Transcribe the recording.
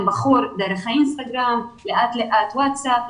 בחור דרך האינסטגרם ולאט לאט ווטסאפ,